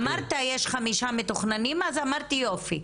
אמרת שיש חמישה מתוכננים אז אמרתי יופי,